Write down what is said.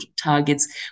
targets